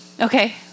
Okay